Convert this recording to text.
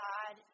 God